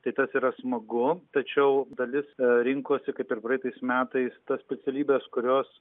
tai tas yra smagu tačiau dalis rinkosi kaip ir praeitais metais tas specialybes kurios